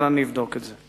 אבל אני אבדוק את זה.